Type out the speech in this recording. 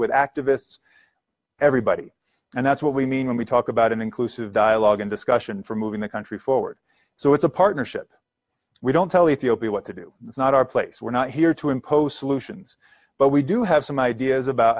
with activists everybody and that's what we mean when we talk about an inclusive dialogue and discussion for moving the country forward so it's a partnership we don't tell ethiopia what to do it's not our place we're not here to impose solutions but we do have some ideas about